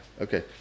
Okay